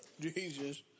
Jesus